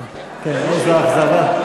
איזו אכזבה.